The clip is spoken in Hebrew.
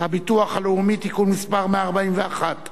לעידוד עסקים קטנים ובינוניים, התשע"ב 2012,